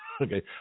Okay